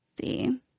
See